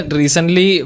recently